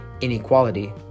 inequality